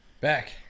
Back